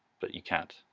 but you can't,